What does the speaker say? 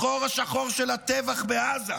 החור השחור של הטבח בעזה.